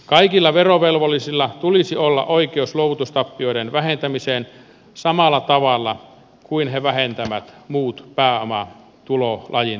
kaikilla verovelvollisilla tulisi olla oikeus luovutustappioiden vähentämiseen samalla tavalla kuin he vähentävät muut pääomatulolajin tappiot